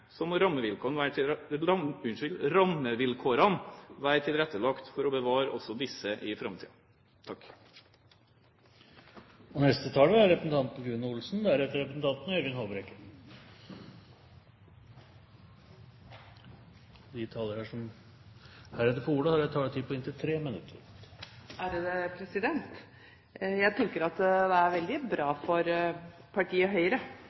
må rammevilkårene være tilrettelagt slik at vi kan bevare disse også i framtiden. De talere som heretter får ordet, har en taletid på inntil 3 minutter. Jeg tenker at det er veldig bra for partiet Høyre